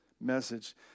message